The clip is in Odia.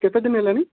କେତେ ଦିନ ହେଲାଣି